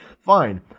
fine